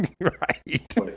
right